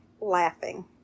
laughing